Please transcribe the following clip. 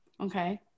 okay